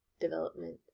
development